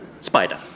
Spider